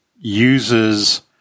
uses